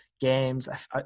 games